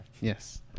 Yes